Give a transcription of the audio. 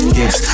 yes